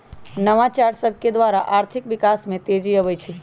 नवाचार सभकेद्वारा आर्थिक विकास में तेजी आबइ छै